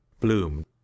bloom